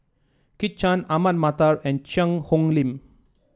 Kit Chan Ahmad Mattar and Cheang Hong Lim